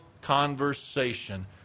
conversation